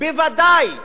בוודאי